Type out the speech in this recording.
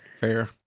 Fair